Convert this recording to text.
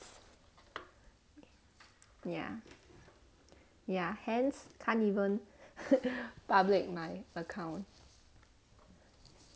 ya ya hence cant even public my account